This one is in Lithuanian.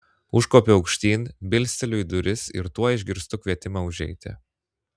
užkopiu aukštyn bilsteliu į duris ir tuoj išgirstu kvietimą užeiti